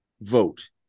vote